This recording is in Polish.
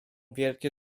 wielkie